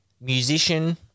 musician